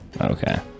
Okay